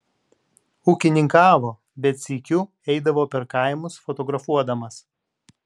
ūkininkavo bet sykiu eidavo per kaimus fotografuodamas